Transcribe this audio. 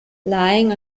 lying